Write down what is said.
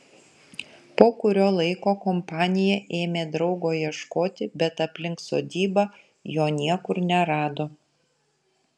po kurio laiko kompanija ėmė draugo ieškoti bet aplink sodybą jo niekur nerado